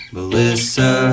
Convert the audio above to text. Melissa